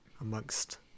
amongst